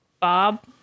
Bob